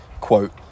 quote